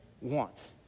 want